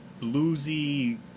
bluesy